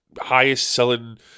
highest-selling